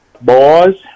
Boys